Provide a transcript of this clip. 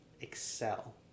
excel